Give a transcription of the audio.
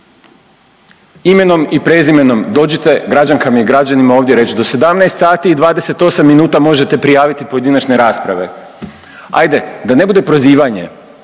Imenom i prezimenom dođite, građankama i građanima ovdje reći, do 17 sati i 28 minuta možete prijaviti pojedinačne rasprave. Ajde, da ne bude prozivanje.